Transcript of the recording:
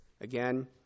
again